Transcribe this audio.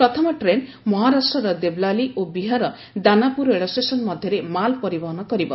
ପ୍ରଥମ ଟ୍ରେନ୍ ମହାରାଷ୍ଟ୍ରର ଦେବଲାଲି ଓ ବିହାରର ଦାନାପୁର ରେଳ ଷ୍ଟେସନ୍ ମଧ୍ୟରେ ମାଲ୍ ପରିବହନ କରିବ